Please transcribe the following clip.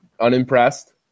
Unimpressed